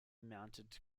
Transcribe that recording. mounted